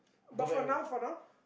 but for now for now